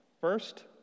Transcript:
First